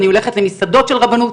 אני הולכת למסעדות של רבנות,